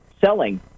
selling